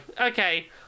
okay